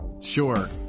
sure